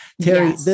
Terry